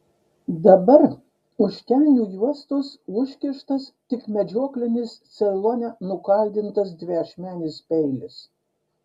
dabar už kelnių juostos užkištas tik medžioklinis ceilone nukaldintas dviašmenis peilis